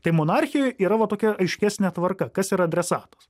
tai monarchijoj yra va tokia aiškesnė tvarka kas yra adresatas